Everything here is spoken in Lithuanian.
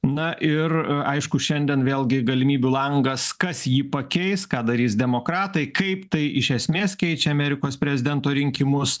na ir aišku šiandien vėlgi galimybių langas kas jį pakeis ką darys demokratai kaip tai iš esmės keičia amerikos prezidento rinkimus